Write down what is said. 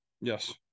Yes